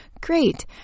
Great